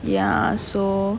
ya so